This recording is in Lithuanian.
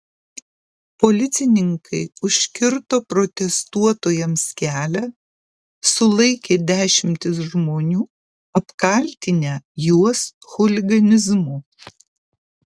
policininkai užkirto protestuotojams kelią sulaikė dešimtis žmonių apkaltinę juos chuliganizmu